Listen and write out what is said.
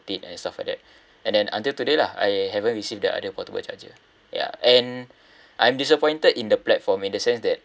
it and stuff like that and then until today lah I haven't received the other portable charger ya and I'm disappointed in the platform in the sense that